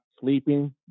sleeping